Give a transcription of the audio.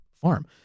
farm